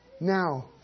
now